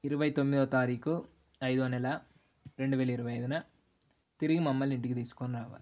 ఇరవై తొమ్మిదవ తారీఖు ఐదో నెల రెండు వేల ఇరవై ఐదున తిరిగి మమ్మల్ని ఇంటికి తీసుకొని రావాలి